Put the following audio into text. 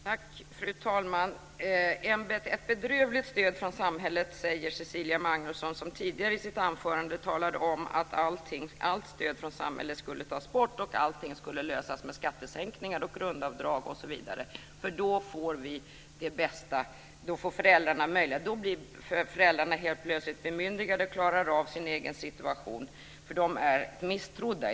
Fru talman! Det är ett bedrövligt stöd från samhället, säger Cecilia Magnusson som tidigare i sitt anförande talade om att allt stöd från samhället skulle tas bort och att allting skulle lösas med skattesänkningar, grundavdrag osv. Då blir nämligen föräldrarna helt plötsligt bemyndigade och klarar av sin egen situation, för i dag är de misstrodda.